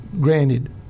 granted